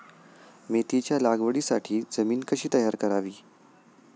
मेथीच्या लागवडीसाठी जमीन कशी तयार करावी?